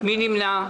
מי נמנע?